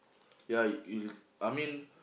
ya you I mean